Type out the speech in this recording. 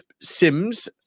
Sims